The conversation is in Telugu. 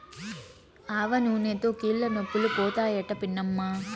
ఆవనూనెతో కీళ్లనొప్పులు పోతాయట పిన్నమ్మా